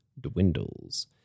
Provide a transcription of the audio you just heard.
dwindles